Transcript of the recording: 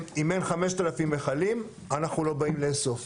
אם אין 5,000 מכלים אנחנו לא באים לאסוף.